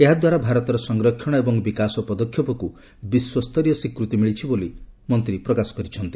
ଏହାଦ୍ୱାରା ଭାରତର ସଂରକ୍ଷଣ ଏବଂ ବିକାଶ ପଦକ୍ଷେପକୁ ବିଶ୍ୱସ୍ତରୀୟ ସ୍ୱୀକୃତି ମିଳିଛି ବୋଲି ମନ୍ତ୍ରୀ ପ୍ରକାଶ କରିଛନ୍ତି